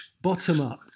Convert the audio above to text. bottom-up